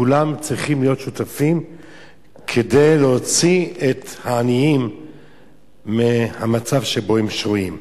כולם צריכים להיות שותפים כדי להוציא את העניים מהמצב שבו הם שוהים.